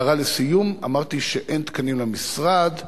הערה לסיום, אמרתי שאין תקנים למשרד.